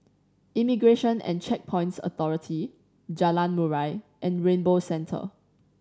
Immigration and Checkpoints Authority Jalan Murai and Rainbow Centre